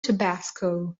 tabasco